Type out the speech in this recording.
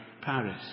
Paris